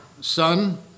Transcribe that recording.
Son